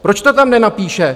Proč to tam nenapíše?